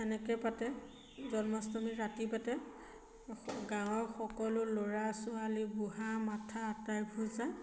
এনেকৈয়ে পাতে জন্মষ্টমী ৰাতি পাতে গাঁৱৰ সকলো ল'ৰা ছোৱালী বুঢ়া মাথা আটাইবোৰ যায়